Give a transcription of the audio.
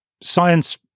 science